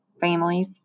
families